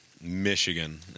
Michigan